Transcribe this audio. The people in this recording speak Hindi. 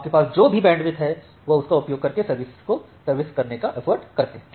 आपके पास जो भी बैंडविड्थ है वह उसका उपयोग करके सर्विस करने का एफर्ट करते हैं